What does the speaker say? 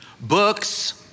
books